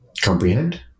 comprehend